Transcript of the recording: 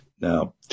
now